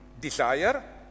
desire